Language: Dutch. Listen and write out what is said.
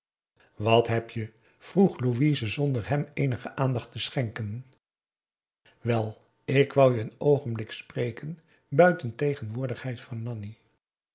wat heb je vroeg louise zonder hem eenige aandacht te schenken wel ik wou je een oogenblik spreken buiten tegenwoordigheid van nanni